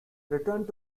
returned